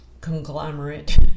conglomerate